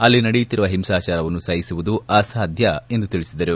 ಅಲ್ಲಿ ನಡೆಯುತ್ತಿರುವ ಹಿಂಸಾಚಾರವನ್ನು ಸಹಿಸುವುದು ಅಸಾಧ್ಯ ಎಂದು ತಿಳಿಸಿದರು